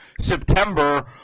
September